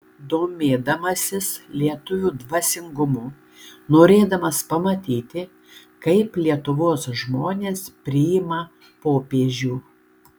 domėdamasis lietuvių dvasingumu norėdamas pamatyti kaip lietuvos žmonės priima popiežių